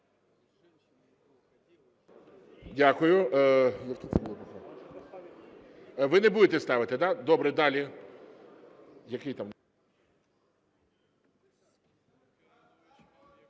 Дякую. Ви не будете ставити, да? Добре. Далі.